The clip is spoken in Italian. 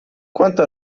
quanto